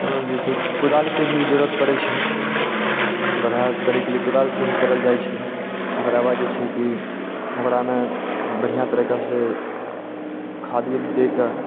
जे छै कुदालके भी जरूरत पड़ै छै गढ्ढ़ा करैके लेल कुदालसँ ही करल जाइ छै ओकराबाद जे छै की ओकरामे बढ़िआँ तरीकासँ खाद भी दैके